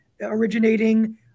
originating